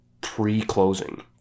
pre-closing